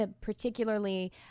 particularly